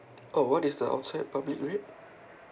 oh what is the outside public rate